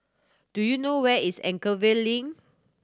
do you know where is Anchorvale Link